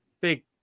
big